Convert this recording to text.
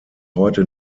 heute